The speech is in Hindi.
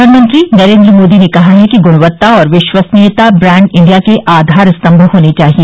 प्रधानमंत्री नरेंद्र मोदी ने कहा है कि गुणवत्ता और विश्वसनीयता ब्रांड इंडिया के आधार स्तंभ होने चाहिए